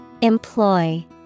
Employ